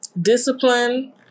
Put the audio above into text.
Discipline